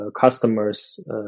customers